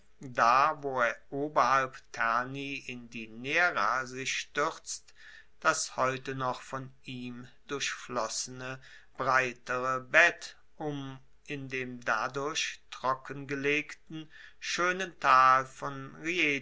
da wo er oberhalb terni in die nera sich stuerzt das heute noch von ihm durchflossene breitere bett um in dem dadurch trockengelegten schoenen tal von